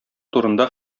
турында